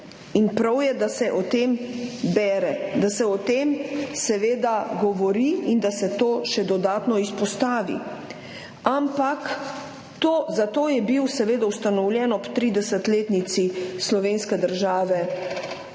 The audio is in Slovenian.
in prav je, da se o tem bere, da se o tem seveda govori in da se to še dodatno izpostavi. Ampak zato je bil ustanovljen ob 30-letnici slovenske države